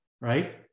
right